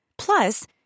Plus